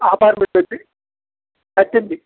apartment వచ్చి తక్కింది